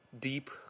deep